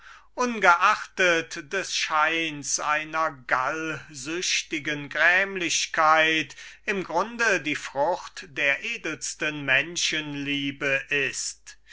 ungeachtet des scheins einer gallsüchtigen melancholie im grunde die frucht der edelsten menschenliebe ist